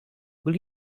will